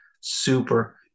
super